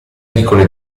piccole